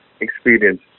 experience